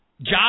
jobs